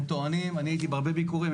אני הייתי בהרבה ביקורים.